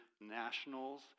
Nationals